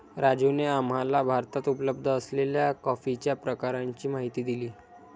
राजूने आम्हाला भारतात उपलब्ध असलेल्या कॉफीच्या प्रकारांची माहिती दिली